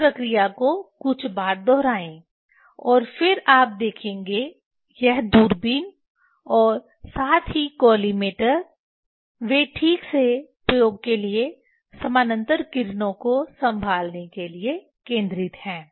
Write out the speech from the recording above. इस प्रक्रिया को कुछ बार दोहराएं और फिर आप देखेंगे यह दूरबीन और साथ ही कॉलिमेटर वे ठीक से प्रयोग के लिए समानांतर किरणों को संभालने के लिए केंद्रित हैं